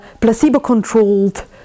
placebo-controlled